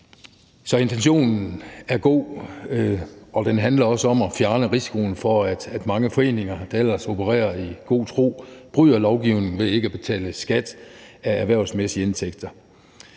Så intentionen er god. Det handler også om at fjerne risikoen for, at mange foreninger, der ellers opererer i god tro, bryder lovgivningen ved ikke at betale skat af erhvervsmæssige indtægter.